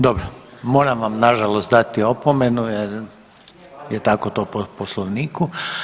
Dobro, moram vam nažalost dati opomenu jer je tako to po poslovniku.